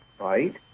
right